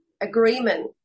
agreement